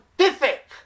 scientific